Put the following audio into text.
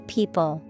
People